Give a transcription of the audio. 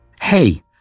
Hey